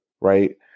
Right